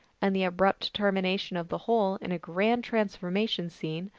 and the abrupt termination of the whole in a grand transformation scene,